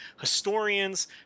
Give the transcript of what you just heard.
historians